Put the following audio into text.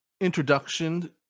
introduction